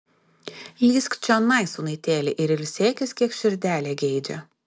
lįsk čionai sūnaitėli ir ilsėkis kiek širdelė geidžia